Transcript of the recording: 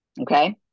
Okay